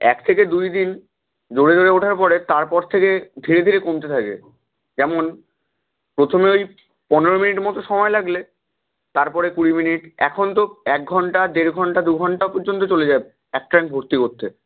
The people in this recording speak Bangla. এক থেকে দুই দিন জোরে জোরে ওঠার পরে তারপর থেকে ধীরে ধীরে কমতে থাকে যেমন প্রথমে ওই পনেরো মিনিট মতো সময় লাগলে তারপরে কুড়ি মিনিট এখন তো এক ঘণ্টা দেড় ঘণ্টা দুঘণ্টা পর্যন্ত চলে যায় এক ট্যাঙ্ক ভর্তি করতে